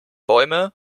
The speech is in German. bäume